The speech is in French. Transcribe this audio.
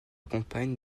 campagne